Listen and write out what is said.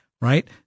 Right